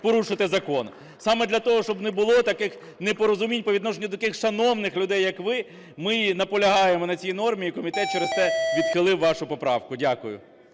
порушити закон. Саме для того, щоб не було таких непорозумінь по відношенню до таких шановних людей, як ви, ми і наполягаємо на цій нормі, і комітет через те відхилив вашу поправку. Дякую.